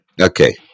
Okay